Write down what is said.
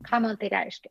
ką man tai reiškia